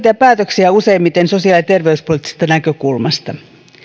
ja päätöksiä useimmiten sosiaali ja terveyspoliittisesta näkökulmasta